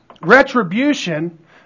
retribution